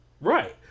Right